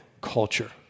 culture